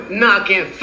knocking